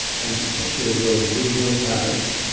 and show your video ads